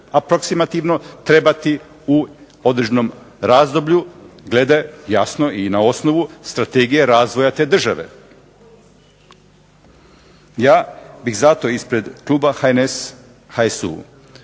aproksimativno trebati u određenom razdoblju glede jasno i na osnovu Strategije razvoja te države. Ja bih zato ispred kluba HNS-HSU